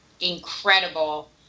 incredible